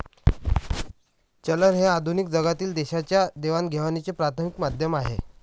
चलन हे आधुनिक जगातील देशांच्या देवाणघेवाणीचे प्राथमिक माध्यम आहे